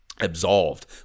absolved